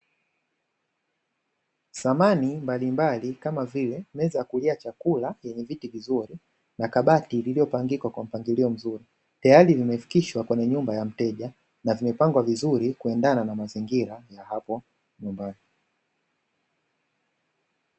Samani mbalimbali kama vile meza ya kulia chakula yenye viti vizuri na kabati lililopangika kwa mpangilio mzuri, tayari vimefikishwa kwenye nyumba ya mteja na vimepangwa vizuri kuendana na mazingira ya hapo nyumbani.